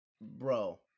Bro